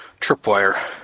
tripwire